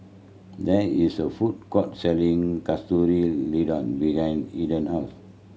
there is a food court selling Katsu Tendon behind Enid house